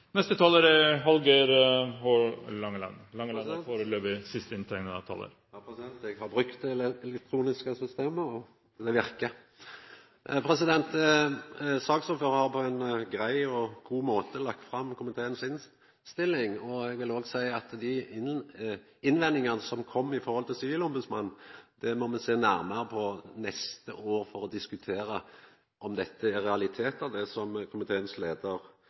Neste taler er Hallgeir H. Langeland. Eg har brukt det elektroniske systemet, og det verkar. Saksordføraren har på ein grei og god måte lagt fram komiteens innstilling, og eg vil òg seia at dei innvendingane som kom med omsyn til sivilombudsmannen, må me sjå nærmare på neste år for å diskutera om det som komiteens